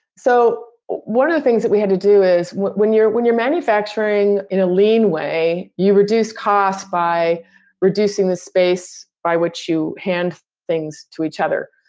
so one of the things that we had to do is when you're when you're manufacturing in a lean way, you reduce costs by reducing the space by which you hand things to each other.